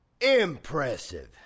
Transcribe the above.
Impressive